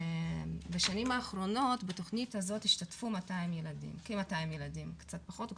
בשנים האחרונות השתתפו בתכנית הזאת כ-200 ילדים וקצת פחות.